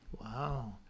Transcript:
Wow